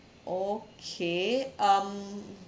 okay um